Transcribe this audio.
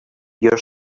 your